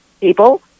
people